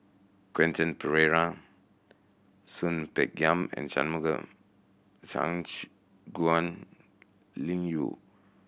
Quentin Pereira Soon Peng Yam and Shangguan Liuyun